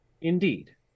Indeed